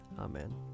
Amen